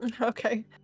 Okay